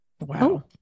wow